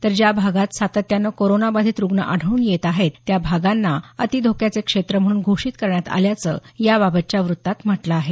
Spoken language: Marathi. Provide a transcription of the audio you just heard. तर ज्या भागात सातत्याने कोरोनाबाधित रुग्ण आढळून येत आहेत त्या भागांना अति धोक्याचे क्षेत्र म्हणून घोषित करण्यात आल्याचं याबाबतच्या वृत्तात म्हटलं आहे